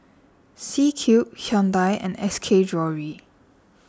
C Cube Hyundai and S K Jewellery